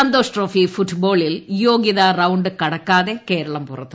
Santhosh trophy ഫുട്ബോളിൽ യോഗൃതാ round കടക്കാതെ കേരളം പുറത്ത്